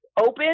open